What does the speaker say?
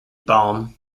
balm